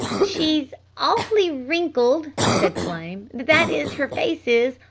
she's awfully wrinkled, said flame that is her face is.